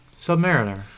Submariner